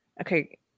okay